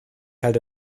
halte